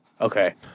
Okay